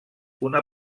una